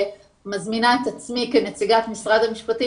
ומזמינה את עצמי כנציגת משרד המשפטים